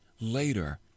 later